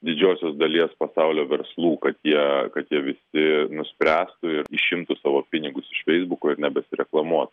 didžiosios dalies pasaulio verslų kad jie kad jie visi nuspręstų ir išimtų savo pinigus iš feisbuko ir nebesireklamuotų